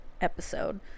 episode